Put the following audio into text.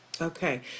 Okay